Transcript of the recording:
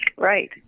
Right